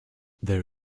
there